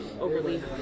overly